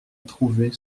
trouver